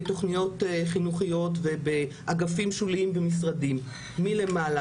תוכניות חינוכיות ובאגפים שוליים במשרדים מלמעלה,